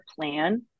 plan